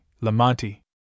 Lamonti